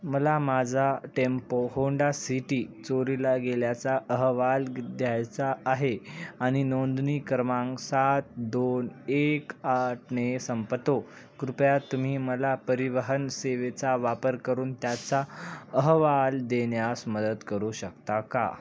मला माझा tempo Honda City चोरीला गेल्याचा अहवाल द्यायचा आहे आणि नोंदणी क्रमांक सात दोन एक आठने संपतो कृपया तुम्ही मला परिवहन सेवेचा वापर करून त्याचा अहवाल देण्यास मदत करू शकता का